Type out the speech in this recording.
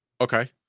Okay